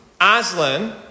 Aslan